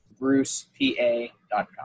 brucepa.com